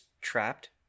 trapped